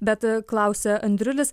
bet klausia andriulis